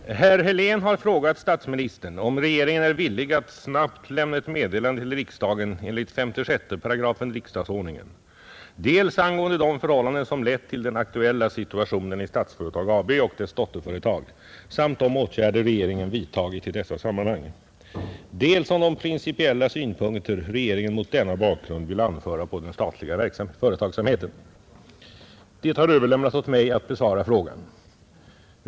Herr talman! Herr Helén har frågat statsministern om regeringen är villig att snabbt lämna ett meddelande till riksdagen enligt 56 § riksdagsordningen dels angående de förhållanden som lett till den aktuella situationen i Statsföretag AB och dess dotterföretag samt de åtgärder regeringen vidtagit i dessa sammanhang, dels om de principiella synpunkter regeringen mot denna bakgrund vill anföra på den statliga företagsamheten. Det har överlämnats åt mig att besvara frågan.